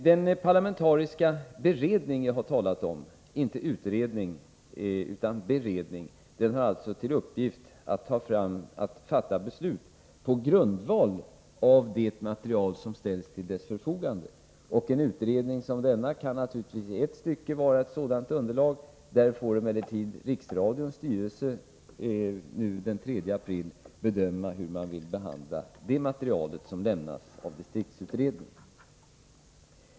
Den parlamentariska beredning jag har talat om — inte utredning utan beredning — har till uppgift att fatta beslut på grundval av det material som ställs till dess förfogande. En utredning som den vi nu har talat om kan naturligtvis i ett stycke vara ett sådant underlag. Där får emellertid Riksradions styrelse den 3 april bedöma hur man vill behandla det material som lämnas av distriktsutredningen.